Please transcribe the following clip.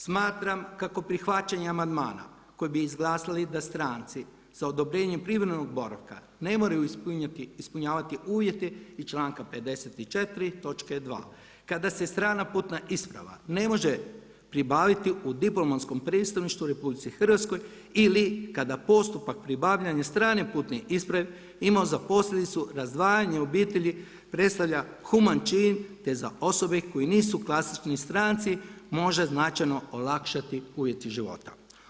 Smatram kako prihvaćanje amandmana koje bi izglasali da stranci sa odobrenjem privremenog boravka ne moraju ispunjavati uvjete iz članka 54. točke 2., kada se strana putna isprava ne može pribaviti u diplomatskom predstavništvu u RH ili kada postupak pribavljanja strane putne isprave ima za posljedicu razdvajanje obitelji predstavlja human čin te za osobe koje nisu klasični stranci može značajno olakšati uvjete života.